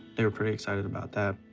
they were pretty excited about that.